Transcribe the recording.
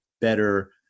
better